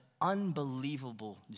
unbelievable